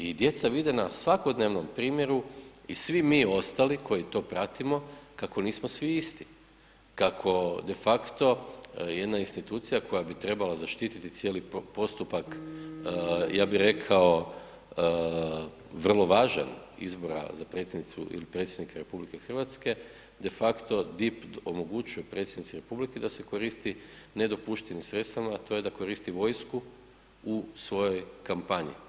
I djeca vide na svakodnevnom primjeru i svi mi ostali koji to pratimo kako nismo svi isti, kako de facto jedna institucija koja bi trebala zaštititi cijeli postupak vrlo važan izbora za predsjednicu ili predsjednika RH de facto DIP omogućuje predsjednici Republike da se koristi nedopuštenim sredstvima, a to je da koristi vojsku u svojoj kampanji.